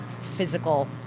physical